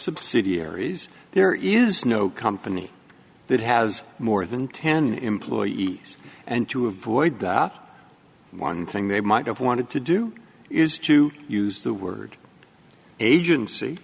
subsidiaries there is no company that has more than ten employees and to avoid that one thing they might have wanted to do is to use the word agency